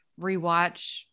rewatch